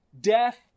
Death